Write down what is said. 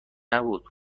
نبود